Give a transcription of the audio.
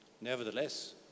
Nevertheless